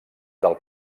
del